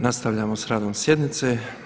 Nastavljamo s radom sjednice.